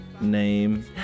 name